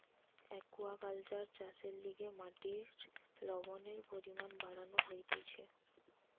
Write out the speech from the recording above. aquaculture চাষের লিগে মাটির লবণের পরিমান বাড়ানো হতিছে